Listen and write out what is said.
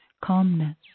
calmness